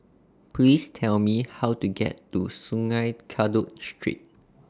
Please Tell Me How to get to Sungei Kadut Street